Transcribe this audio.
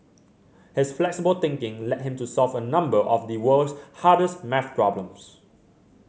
his flexible thinking led him to solve a number of the world's hardest maths problems